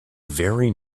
very